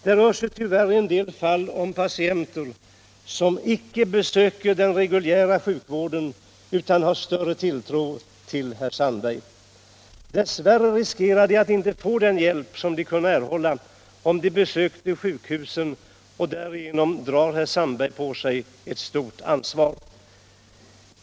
Det rör sig tyvärr i en del fall om patienter, som inte besöker den reguljära sjukvården — utan har större tilltro till herr Sandberg. Dess värre riskerar de att inte få den hjälp som de kunde erhålla om de besökte sjukhusen, och därigenom drar herr Sandberg på sig ett stort ansvar.